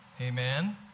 Amen